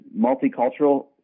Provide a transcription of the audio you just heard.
multicultural